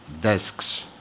desks